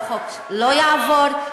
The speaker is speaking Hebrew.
לא יעבור,